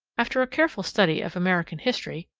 after a careful study of american history,